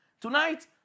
Tonight